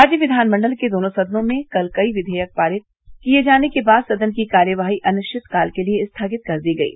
राज्य विघानमंडल के दोनों सदनों में कल कई विघेयक पारित किये जाने के बाद सदन की कार्यवाही अनिश्वितकाल के लिए स्थगित कर दी गयी